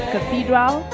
Cathedral